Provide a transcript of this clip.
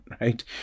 right